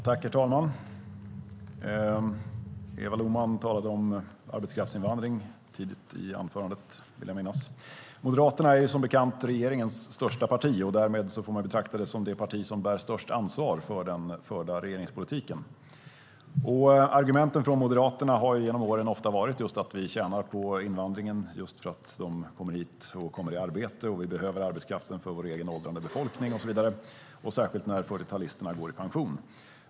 Herr talman! Eva Lohman talade om arbetskraftsinvandring tidigt i anförandet, vill jag minnas. Moderaterna är som bekant regeringens största parti, och därmed får man betrakta det som det parti som bär störst ansvar för den förda regeringspolitiken. Argumenten från Moderaterna har genom åren ofta varit just att vi tjänar på invandringen därför att de kommer hit och kommer i arbete, och vi behöver arbetskraften för vår egen åldrande befolkning och så vidare, särskilt när 40-talisterna går i pension.